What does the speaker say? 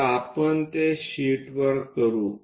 तर आपण ते शीटवर करू